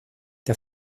der